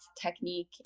technique